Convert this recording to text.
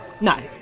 No